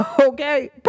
okay